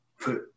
put